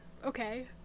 okay